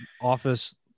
office